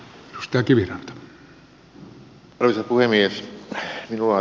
arvoisa puhemies